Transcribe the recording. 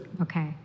Okay